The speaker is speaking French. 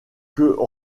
que